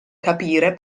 capire